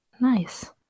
Nice